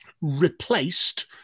replaced